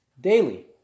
Daily